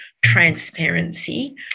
transparency